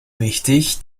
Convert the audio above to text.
wichtig